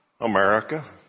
America